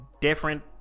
different